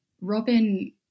Robin